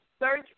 search